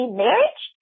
marriage